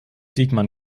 diekmann